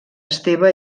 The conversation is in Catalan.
esteve